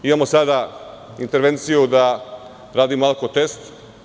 Imamo sada intervenciju da radimo alkotest.